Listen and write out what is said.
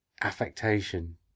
affectation